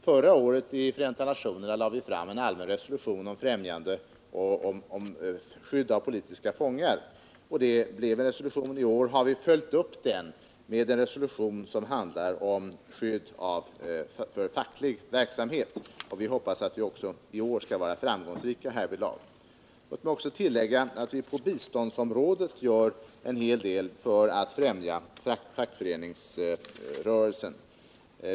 Förra året lade vi i Förenta nationerna fram förslag om en resolution om skydd för politiska fångar. Förslaget godtogs, och i år har vi följt upp detta med förslag om en resolution som handlar om skydd i samband med facklig verksamhet. Vi hoppas att vi också i år skall vara framgångsrika. Jag vill också nämna att vi på biståndsområdet gör en hel del för att främja fackföreningsrörelser.